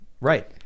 Right